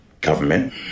government